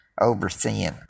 overseeing